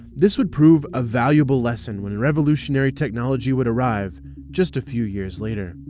this would prove a valuable lesson when revolutionary technology would arrive just a few years later.